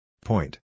Point